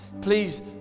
please